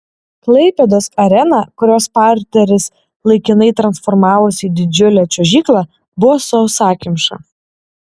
klaipėdos arena kurios parteris laikinai transformavosi į didžiulę čiuožyklą buvo sausakimša